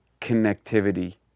connectivity